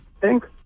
Thanks